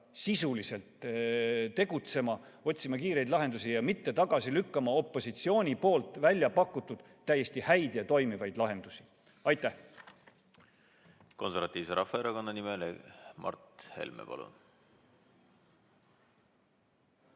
sisuliselt tegutsema, otsima kiireid lahendusi ja mitte tagasi lükkama opositsiooni pakutud täiesti häid ja toimivaid lahendusi. Aitäh! Konservatiivse Rahvaerakonna nimel Mart Helme, palun!